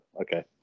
okay